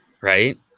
Right